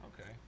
okay